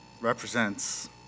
represents